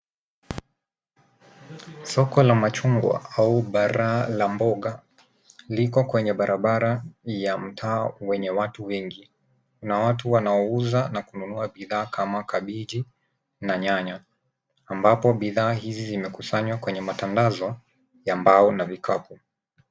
Soko la machungwa au mbaraa la mboga liko kwenye barabara ya mtaa wenye watu wengi. Kuna watu wanaouza na kununua bidhaa kama kabichi na nyanya; ambapo bidhaa hizi zimekusanywa kwenye matandazo ya mbao na vikapu.